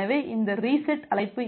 எனவே இந்த ரீசெட் அழைப்பு